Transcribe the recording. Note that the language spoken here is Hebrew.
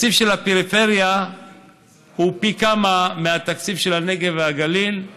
תקציב הפריפריה הוא פי כמה מתקציב הנגב והגליל.